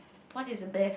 what is best